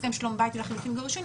הסכם שלום בית ולחילופין גירושין.